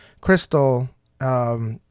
Crystal